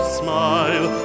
smile